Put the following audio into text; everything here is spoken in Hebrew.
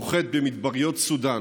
נוחת במדבריות סודן.